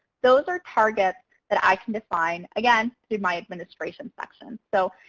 those are targets that i can define, again, through my administration section. so,